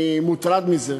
אני מוטרד מזה.